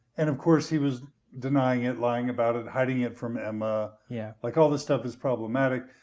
and of course, he was denying it, lying about it, hiding it from emma, yeah like all this stuff is problematic.